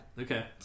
Okay